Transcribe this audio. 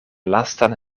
lastan